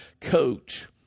coach